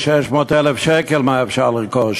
מה אפשר לרכוש